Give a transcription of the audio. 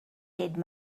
did